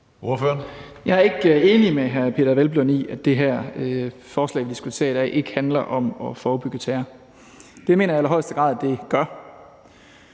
Jeg er ikke enig med hr. Peder Hvelplund i, at det her forslag, vi diskuterer i dag, ikke handler om at forebygge terror. Det mener jeg i allerhøjeste grad at det gør.